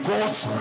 God's